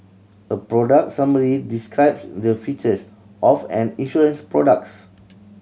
a product summary describe the features of an insurance products